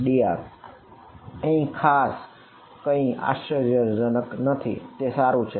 Tm1r∇×Hdr અહીં ખાસ કઈ આશ્ચર્યજનક નથી તે સારું છે